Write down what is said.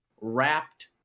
wrapped